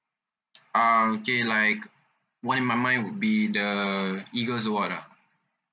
ah okay like what in my mind would be the eagles award lah